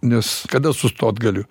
nes kada sustot galiu